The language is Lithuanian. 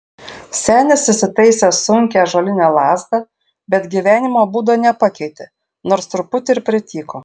senis įsitaisė sunkią ąžuolinę lazdą bet gyvenimo būdo nepakeitė nors truputį ir prityko